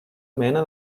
mena